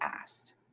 asked